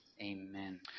Amen